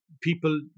people